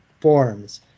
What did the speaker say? forms